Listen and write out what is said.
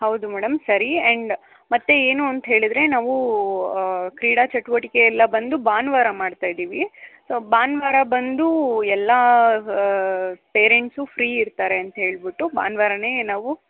ಹೌದು ಮೇಡಂ ಸರಿ ಆ್ಯಂಡ್ ಮತ್ತು ಏನು ಅಂತ ಹೇಳಿದರೆ ನಾವು ಕ್ರೀಡಾ ಚಟುವಟಿಕೆ ಎಲ್ಲ ಬಂದು ಭಾನುವಾರ ಮಾಡ್ತಾ ಇದ್ದೀವಿ ಸೊ ಭಾನುವಾರ ಬಂದು ಎಲ್ಲ ಪೇರೆಂಟ್ಸು ಫ್ರೀ ಇರ್ತಾರೆ ಅಂತ ಹೇಳಿಬಿಟ್ಟು ಭಾನುವಾರನೇ ನಾವು